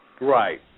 Right